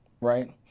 right